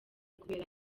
kubera